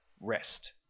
rest